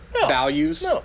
values